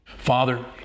Father